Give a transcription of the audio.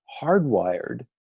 hardwired